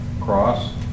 cross